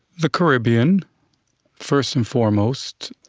the caribbean first and foremost,